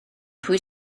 pwy